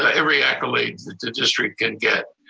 ah every accolade the district can get,